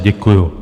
Děkuju.